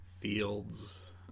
fields